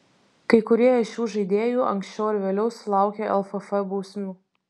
kai kurie iš šių žaidėjų anksčiau ar vėliau sulaukė lff bausmių